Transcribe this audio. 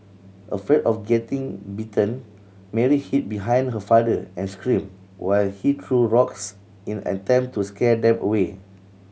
afraid of getting bitten Mary hid behind her father and screamed while he threw rocks in attempt to scare them away